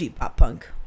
pop-punk